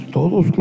todos